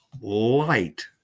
light